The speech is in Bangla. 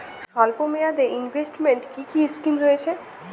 স্বল্পমেয়াদে এ ইনভেস্টমেন্ট কি কী স্কীম রয়েছে?